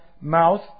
mouth